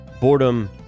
boredom